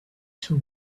too